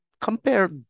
Compare